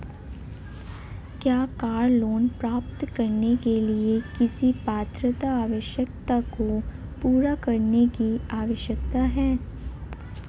क्या car loan प्राप्त करने के लिए किसी पात्रता आवश्यकता को पूरा करने की आवश्यकता है?